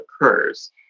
occurs